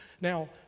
Now